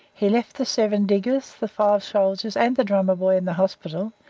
he left the seven diggers, the five soldiers, and the drummer boy in the hospital,